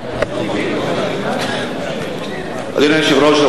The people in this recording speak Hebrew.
אדוני היושב-ראש,